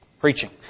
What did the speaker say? Preaching